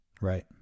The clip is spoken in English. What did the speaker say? Right